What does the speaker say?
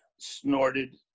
snorted